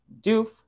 Doof